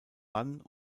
mann